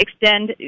extend